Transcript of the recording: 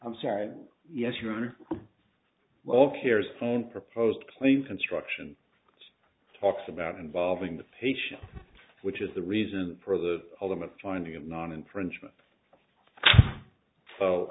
i'm sorry yes your honor all cares phone proposed claim construction talks about involving the patient which is the reason for the ultimate finding of non infringement